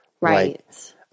Right